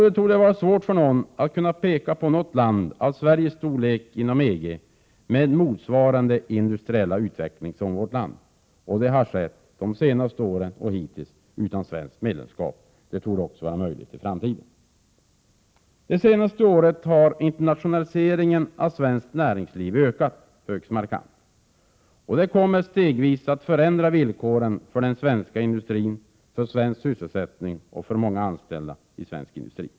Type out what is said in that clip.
Det torde vara svårt att peka på något land av Sveriges storlek inom EG som har en motsvarande industriell utveckling. Det gäller de senaste åren och fram till nu — och alltså utan svenskt medlemskap. Det torde vara möjligt också i framtiden. Under det senaste året har internationaliseringen av svenskt näringsliv ökat högst markant. Det kommer stegvis att förändra villkoren för den svenska industrin, för svensk sysselsättning och för de många anställda inom svensk industri.